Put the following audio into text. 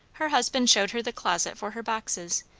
her husband showed her the closet for her boxes,